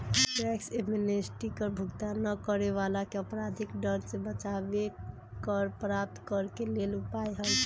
tax amnesty कर भुगतान न करे वलाके अपराधिक दंड से बचाबे कर प्राप्त करेके लेल उपाय हइ